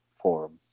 forms